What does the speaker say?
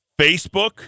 Facebook